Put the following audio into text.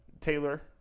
Taylor